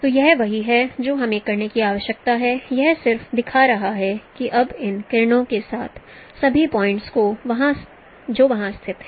तो यह वही है जो हमें करने की आवश्यकता है यह सिर्फ दिखा रहा है कि अब इन किरणों के साथ सभी पॉइंट्स जो वहां स्थित हैं